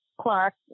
Clark